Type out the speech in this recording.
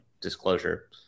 disclosure